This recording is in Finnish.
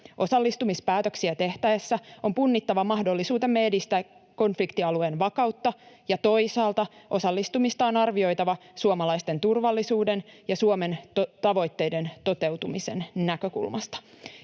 Osallistumispäätöksiä tehtäessä on punnittava mahdollisuutemme edistää konfliktialueen vakautta ja toisaalta osallistumista on arvioitava suomalaisten turvallisuuden ja Suomen tavoitteiden toteutumisen näkökulmasta.